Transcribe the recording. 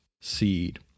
seed